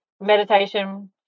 meditation